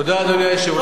תודה, אדוני היושב-ראש.